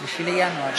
3 בינואר.